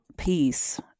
peace